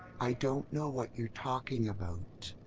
i don't know what you're talking about.